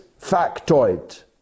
factoid